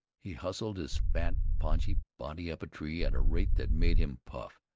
he hustled his fat, podgy body up a tree at a rate that made him puff.